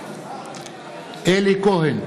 בעד אלי כהן,